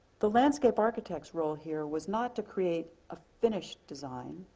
the landscape architect's role here was not to create a finished design,